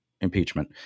impeachment